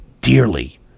dearly